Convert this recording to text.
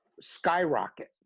skyrocket